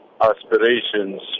aspirations